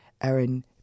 Aaron